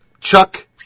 Chuck